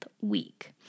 week